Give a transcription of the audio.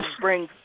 bring